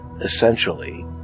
essentially